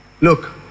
Look